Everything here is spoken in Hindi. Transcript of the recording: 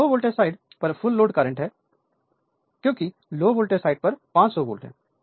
यह लो वोल्टेज साइड पर फुल लोड करंट है क्योंकि लो वोल्टेज साइड पर 500 वोल्ट है